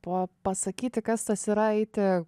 po pasakyti kas tas yra eiti